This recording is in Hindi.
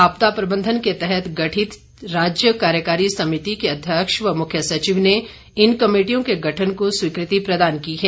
आपदा प्रबंधन के तहत गठित राज्य कार्यकारी समिति के अध्यक्ष व मुख्य सचिव ने इन कमेटियों के गठन को स्वीकृति प्रदान की है